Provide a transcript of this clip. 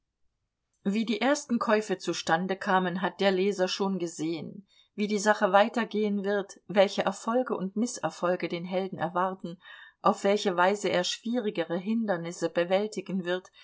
wie die ersten käufe zustande kamen hat der leser schon gesehen wie die sache weiter gehen wird welche erfolge und mißerfolge den helden erwarten auf welche weise er schwierigere hindernisse bewältigen wird